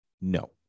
No